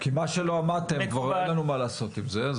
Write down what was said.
כי במה שלא עמדתם כבר אין לנו מה לעשות עם זה.